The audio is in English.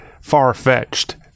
far-fetched